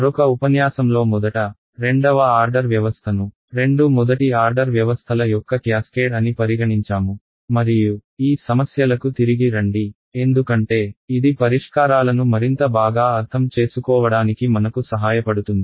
మరొక ఉపన్యాసంలో మొదట రెండవ ఆర్డర్ వ్యవస్థను రెండు మొదటి ఆర్డర్ వ్యవస్థల యొక్క క్యాస్కేడ్ అని పరిగణించాము మరియు ఈ సమస్యలకు తిరిగి రండి ఎందుకంటే ఇది పరిష్కారాలను మరింత బాగా అర్థం చేసుకోవడానికి మనకు సహాయపడుతుంది